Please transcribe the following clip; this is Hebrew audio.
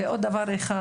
ודבר אחד